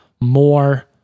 more